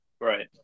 Right